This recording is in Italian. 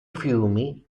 fiumi